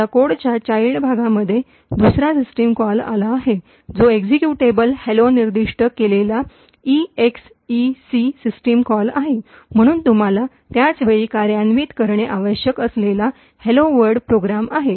आता कोडच्या चाईल्ड भागामध्ये दुसरा सिस्टम कॉल आला आहे जो एक्झिक्युटेबल हॅलो निर्दिष्ट केलेला ईएक्सईसी सिस्टम कॉल आहे म्हणूनच तुम्हाला त्याच वेळी कार्यान्वित करणे आवश्यक असलेला हॅलो वर्ल्ड प्रोग्राम आहे